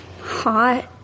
hot